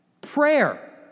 Prayer